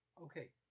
Okay